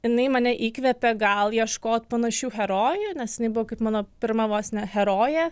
jinai mane įkvepė gal ieškot panašių herojų nes jinai buvo kaip mano pirma vos ne herojė